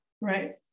Right